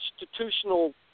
institutional